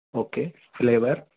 okay flavour